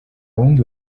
wundi